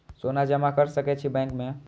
सोना जमा कर सके छी बैंक में?